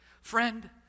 Friend